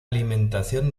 alimentación